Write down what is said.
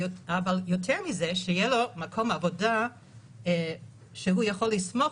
אבל יותר מזה שיהיה לו מקום עבודה שהוא יכול לסמוך